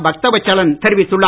பக்தவச்சலன் தெரிவித்துள்ளார்